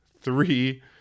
Three